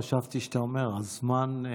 חשבתי שאתה אומר: הזמן,